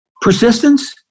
persistence